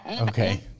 Okay